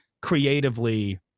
creatively